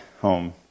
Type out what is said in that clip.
home